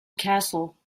castle